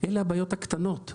אלה הבעיות הקטנות.